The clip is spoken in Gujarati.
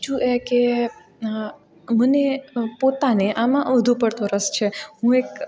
બીજું એ કે મને પોતાને આમાં વધુ પડતો રસ છે હું એક